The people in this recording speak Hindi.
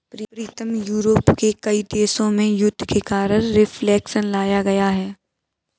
प्रीतम यूरोप के कई देशों में युद्ध के कारण रिफ्लेक्शन लाया गया है